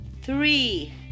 three